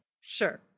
sure